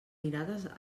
mirades